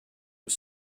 was